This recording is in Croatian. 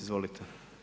Izvolite.